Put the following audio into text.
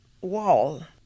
wall